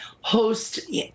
host